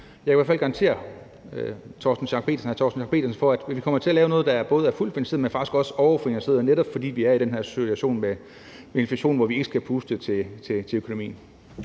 jeg vil i hvert fald garantere hr. Torsten Schack Pedersen for, at vi kommer til at lave noget, der både er fuldt finansieret, men som faktisk også er overfinansieret, netop fordi vi er i den her situation med inflationen, hvor vi ikke skal puste til økonomien.